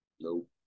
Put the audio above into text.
Nope